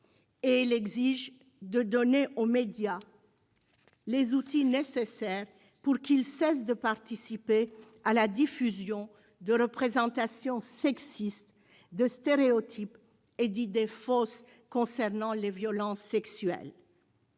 Elle exige que l'on donne aux médias les outils nécessaires pour qu'ils cessent de participer à la diffusion de représentations sexistes, de stéréotypes et d'idées fausses concernant les violences sexuelles.